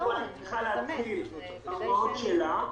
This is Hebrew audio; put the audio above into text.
צריכה להחיל הוראות שלה,